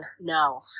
No